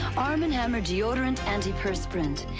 arm and hammer deodorant anti-perspirant.